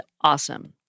awesome